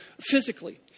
physically